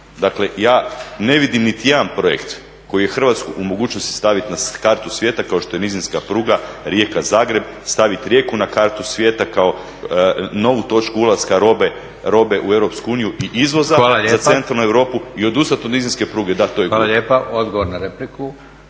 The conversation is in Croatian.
dakle ja ne vidim niti jedan projekt koji je Hrvatsku u mogućnosti staviti na kartu svijetu kao što je nizinska pruga Rijeka-Zagreb staviti Rijeku na kartu svijeta kao novu točku ulaska robe u EU i izvoza za centralnu Europu i odustati od nizinske pruge, da to je glupo. **Leko, Josip (SDP)** Hvala lijepa. Odgovor na repliku